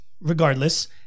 regardless